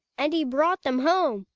and he brought them home.